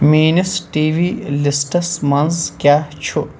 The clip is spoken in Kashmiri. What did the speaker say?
میٛٲنِس ٹی وی لِسٹَس منٛز کیٛاہ چھُ